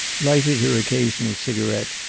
lighted her occasional cigaret,